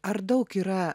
ar daug yra